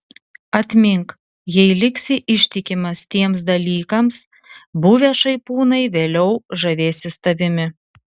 atmink jei liksi ištikimas tiems dalykams buvę šaipūnai vėliau žavėsis tavimi